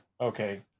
Okay